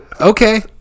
okay